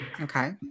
okay